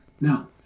Now